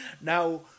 now